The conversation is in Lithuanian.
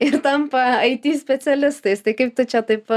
ir tampa it specialistais tai kaip tu čia taip